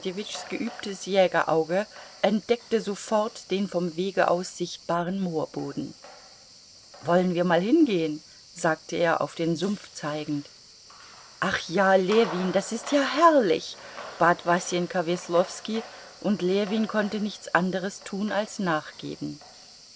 arkadjewitschs geübtes jägerauge entdeckte sofort den vom wege aus sichtbaren moorboden wollen wir mal hingehn sagte er auf den sumpf zeigend ach ja ljewin das ist ja herrlich bat wasenka weslowski und ljewin konnte nichts anderes tun als nachgeben